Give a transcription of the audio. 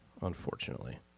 unfortunately